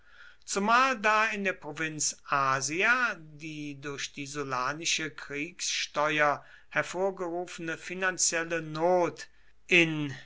zumal da in der provinz asia die durch die sullanische kriegssteuer hervorgerufene finanzielle not in